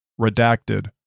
Redacted